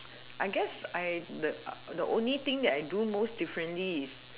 I guess I the the only thing that I do most differently is